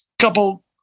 couple